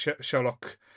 Sherlock